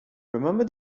remember